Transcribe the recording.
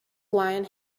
wine